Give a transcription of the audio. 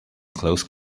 close